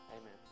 Amen